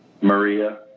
Maria